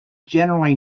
generally